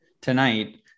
tonight